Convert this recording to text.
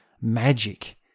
magic